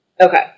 Okay